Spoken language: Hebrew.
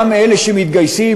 גם אלה שמתגייסים,